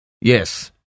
Yes